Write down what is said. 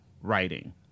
writing